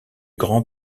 grands